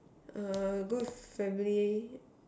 err go with family